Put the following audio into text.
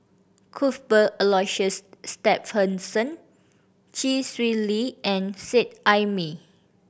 Cuthbert Aloysius Shepherdson Chee Swee Lee and Seet Ai Mee